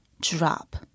drop